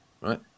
right